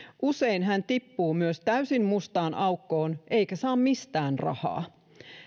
usein hän tippuu myös täysin mustaan aukkoon eikä saa mistään rahaa